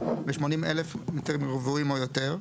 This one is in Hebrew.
ב-80,000 מ"ר או יותר,